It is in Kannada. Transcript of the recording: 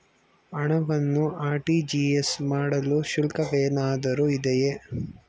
ಹಣವನ್ನು ಆರ್.ಟಿ.ಜಿ.ಎಸ್ ಮಾಡಲು ಶುಲ್ಕವೇನಾದರೂ ಇದೆಯೇ?